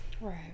Right